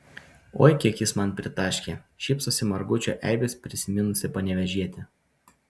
oi kiek jis man pritaškė šypsosi margučio eibes prisiminusi panevėžietė